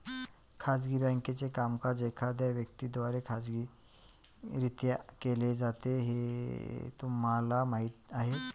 खाजगी बँकेचे कामकाज एखाद्या व्यक्ती द्वारे खाजगीरित्या केले जाते हे तुम्हाला माहीत आहे